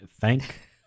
thank